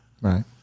Right